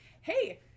hey